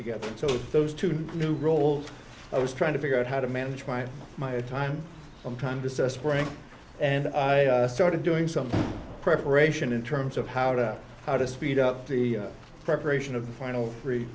together so those two new roles i was trying to figure out how to manage my my time sometime this spring and i started doing some preparation in terms of how to how to speed up the preparation of the final three